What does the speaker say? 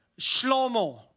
Shlomo